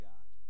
God